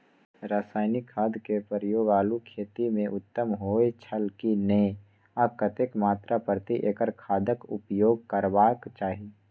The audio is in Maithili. रासायनिक खाद के प्रयोग आलू खेती में उत्तम होय छल की नेय आ कतेक मात्रा प्रति एकड़ खादक उपयोग करबाक चाहि?